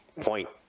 point